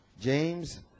james